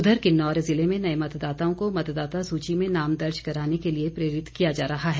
उधर किन्नौर जिले में नए मतदाताओं को मतदाता सूची में नाम दर्ज कराने के लिए प्रेरित किया जा रहा है